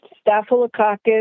staphylococcus